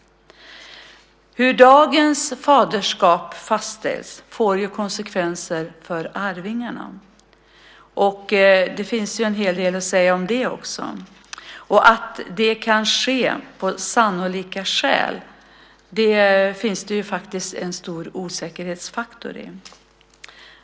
Hur dagens faderskap fastställs får konsekvenser för arvingarna. Det finns en hel del att säga om detta. Att det kan ske på sannolika skäl innebär att där finns en stor osäkerhetsfaktor.